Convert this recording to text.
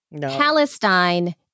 Palestine